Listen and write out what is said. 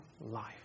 life